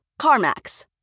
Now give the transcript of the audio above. CarMax